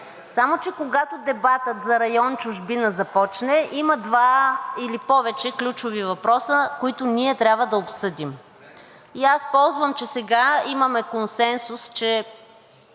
Само че, когато дебатът за район „Чужбина“ започне, има два или повече ключови въпроса, които ние трябва да обсъдим. Ползвам, че сега имаме консенсус, че